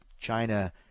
China